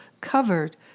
covered